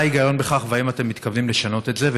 מה ההיגיון בכך, והאם אתם מתכוונים לשנות את זה?